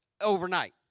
overnight